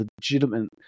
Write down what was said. legitimate